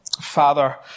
Father